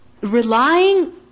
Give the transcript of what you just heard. relying